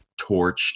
torched